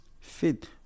Fit